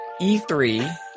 E3